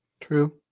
True